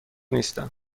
نیستم